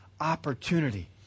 opportunity